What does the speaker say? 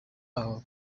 abo